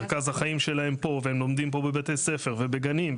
מרכז החיים שלהם פה והם לומדים פה בבתי-ספר ובגנים,